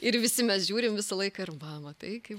ir visi mes žiūrim visą laiką ir va matai kaip